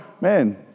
man